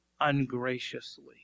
ungraciously